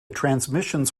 transmissions